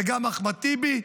וגם אחמד טיבי,